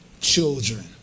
children